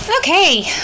Okay